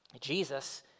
Jesus